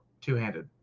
two-handed